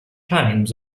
climbs